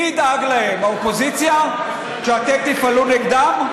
מי ידאג להם, האופוזיציה, כשאתם תפעלו נגדם?